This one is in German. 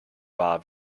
wahr